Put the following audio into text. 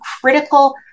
critical